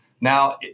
Now